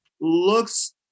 looks